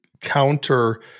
counter